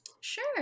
Sure